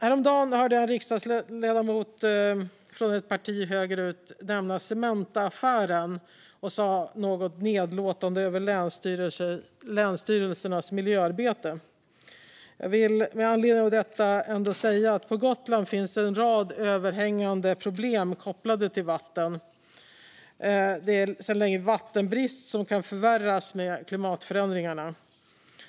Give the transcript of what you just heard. Häromdagen hörde jag en riksdagsledamot från ett parti högerut nämna Cementaaffären och säga något nedlåtande om länsstyrelsernas miljöarbete. Jag vill med anledning av detta säga att det på Gotland finns en rad överhängande problem kopplade till vatten. Det råder sedan länge vattenbrist, som kan förvärras med klimatförändringarna.